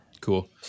Cool